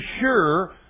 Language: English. sure